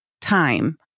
time